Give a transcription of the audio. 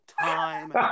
time